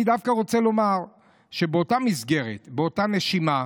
אני דווקא רוצה לומר שבאותה מסגרת, באותה נשימה,